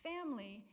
Family